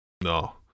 No